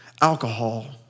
alcohol